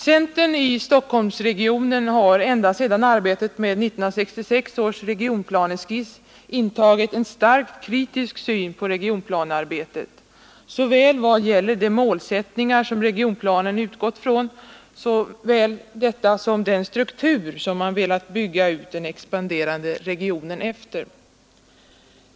Centern i Stockholmsregionen har ända sedan arbetet med 1966 års regionplaneskiss intagit en starkt kritisk hållning till regionplanearbetet, i vad gäller såväl de målsättningar regionplanen utgått ifrån som den struktur man velat bygga ut den expanderande regionen efter.